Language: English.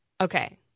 Okay